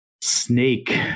Snake